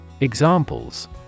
Examples